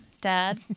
Dad